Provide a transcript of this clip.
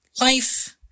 life